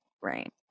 Right